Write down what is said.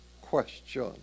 question